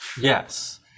yes